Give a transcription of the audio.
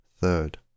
third